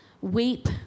weep